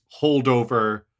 holdover